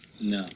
No